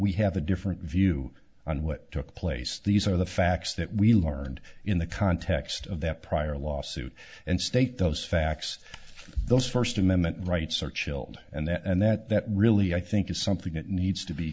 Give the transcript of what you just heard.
we have a different view on what took place these are the facts that we learned in the context of that prior lawsuit and state those facts those first amendment rights are chilled and that really i think is something that needs to be